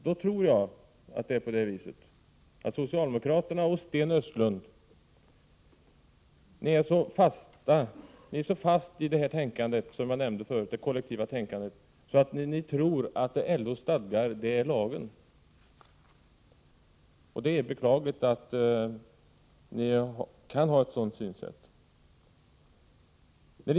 Jag tror att socialdemokraterna och Sten Östlund sitter så fast i sitt kollektiva tänkande att de tror att LO:s stadgar är lagen. Det är beklagligt att de kan ha ett sådant synsätt.